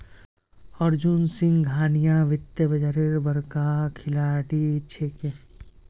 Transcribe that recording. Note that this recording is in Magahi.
अर्जुन सिंघानिया वित्तीय बाजारेर बड़का खिलाड़ी छिके